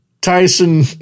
Tyson